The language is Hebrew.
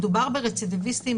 מדובר ברצידיוויסטים,